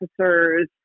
officers